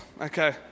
okay